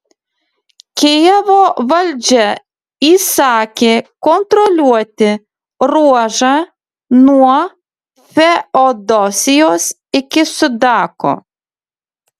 kijevo valdžia įsakė kontroliuoti ruožą nuo feodosijos iki sudako